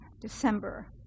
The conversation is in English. December